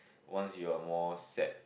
once you are more set